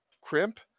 crimp